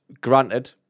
Granted